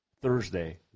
Thursday